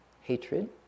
hatred